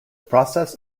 process